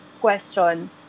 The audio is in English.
question